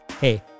Hey